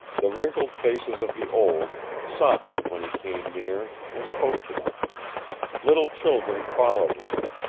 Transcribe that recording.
the wrinkled faces of the old softened when he came near and spoke to them little children followed him,